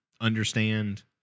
understand